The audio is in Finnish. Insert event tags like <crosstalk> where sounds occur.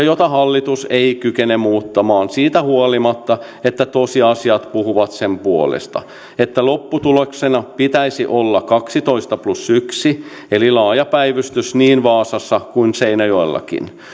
<unintelligible> jota hallitus ei kykene muuttamaan siitä huolimatta että tosiasiat puhuvat sen puolesta että lopputuloksena pitäisi olla kaksitoista plus yksi eli laaja päivystys niin vaasassa kuin seinäjoellakin